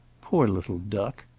poor little duck!